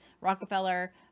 Rockefeller